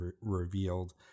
revealed